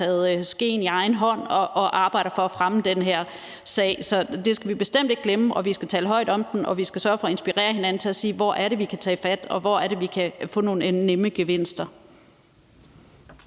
som har taget skeen i den anden hånd og arbejder for at fremme den her sag. Så det skal vi bestemt ikke glemme. Vi skal tale højt om den, og vi skal sørge for at inspirere hinanden og spørge: Hvor er det, vi kan tage fat, og hvor er det, vi kan få nogle vinde nemme gevinster?